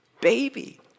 baby